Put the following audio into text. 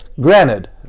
Granted